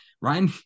Ryan